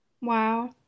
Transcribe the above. Wow